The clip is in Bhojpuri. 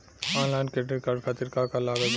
आनलाइन क्रेडिट कार्ड खातिर का का लागत बा?